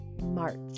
March